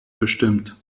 bestimmt